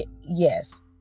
yes